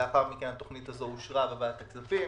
לאחר מכן התוכנית הזו אושרה בוועדת הכספים,